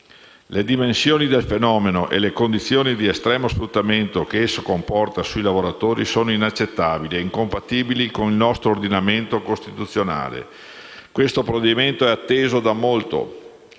Le dimensioni del fenomeno e le condizioni di estremo sfruttamento che esso comporta sui lavoratori sono inaccettabili e incompatibili con il nostro ordinamento costituzionale. Questo provvedimento è atteso da molto